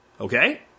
Okay